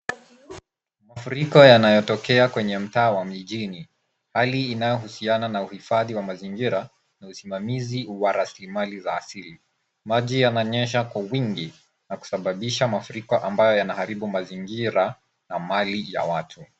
Mafuriko yanayotokea kwenye mtaa wa mijini. Hali hii inayohusiana na uhifadhi wa mazingira na usimamizi wa rasilimali za asili. Maji yananyesha Kwa wingi na kusababisha mafuriko ambayo yanaaharibu mazingira na mali ya watu.